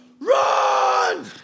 Run